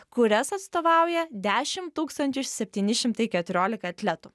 kurias atstovauja dešim tūkstančių septyni šimtai keturiolika atletų